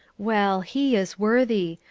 well, he is worthy.